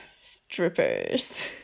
Strippers